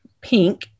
pink